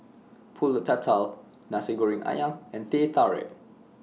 Pulut Tatal Nasi Goreng Ayam and Teh Tarik